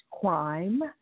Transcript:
Crime